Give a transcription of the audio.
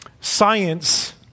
science